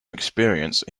experience